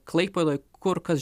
klaipėdoj kur kas